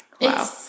wow